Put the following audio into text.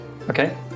Okay